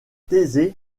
thésée